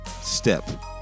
step